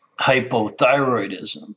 hypothyroidism